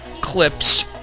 Clips